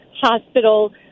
Hospital